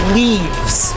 leaves